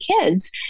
kids